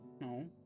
No